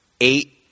eight